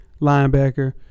linebacker